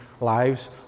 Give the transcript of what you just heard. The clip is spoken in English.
lives